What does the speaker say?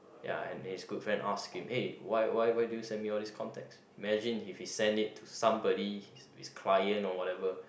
ya and his good friend ask him eh why why why do you send me all this contacts imagine if he send it to somebody his client or whatever